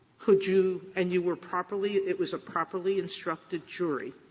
could you and you were properly it was a properly instructed jury,